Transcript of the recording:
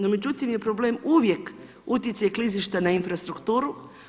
No, međutim, je problem uvijek utjecaj klizišta na infrastrukturu.